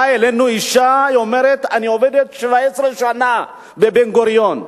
באה אלינו אשה ואומרת: אני עובדת 17 שנה באוניברסיטת בן-גוריון,